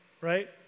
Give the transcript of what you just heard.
right